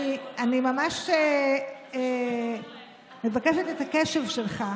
אני ממש מבקשת את הקשב שלך,